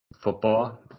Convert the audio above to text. football